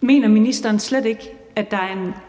boligministeren (Pernille Rosenkrantz-Theil):